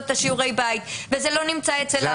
את שיעורי הבית וזה לא נמצא אצל ההורה.